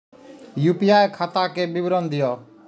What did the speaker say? UPI खाता के विवरण दिअ?